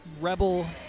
rebel